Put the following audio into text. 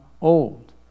old